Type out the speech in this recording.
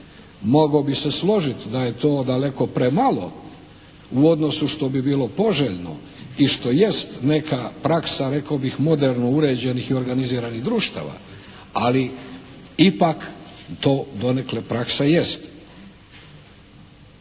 Mogao bi se složiti da je to daleko premalo u odnosu što bi bilo poželjno i što jest neka praksa rekao bih moderno uređenih i organiziranih društava, ali ipak to donekle praksa jest.